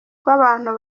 rw’abantu